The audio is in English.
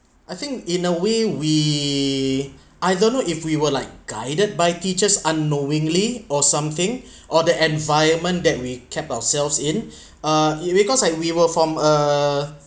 I think in a way we I don't know if we were like guided by teachers unknowingly or something or the environment that we kept ourselves in uh it because I we were from uh